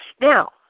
Now